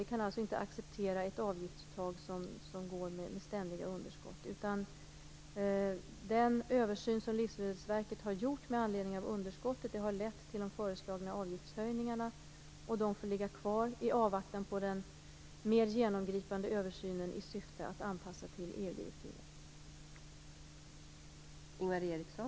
Vi kan inte acceptera ett avgiftstak som innebär ständiga underskott. Den översyn som Livsmedelsverket har gjort med anledning av underskottet har lett till de föreslagna avgiftshöjningarna. De får ligga kvar i avvaktan på den mer övergripande översynen i syfte att anpassa till EU-direktiven.